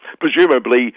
presumably